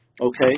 Okay